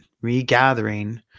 regathering